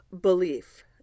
Belief